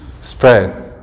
spread